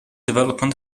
development